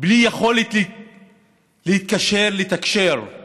בלי יכולת לתקשר עם